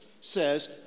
says